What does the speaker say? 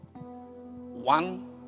one